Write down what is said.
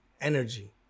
energy